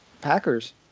Packers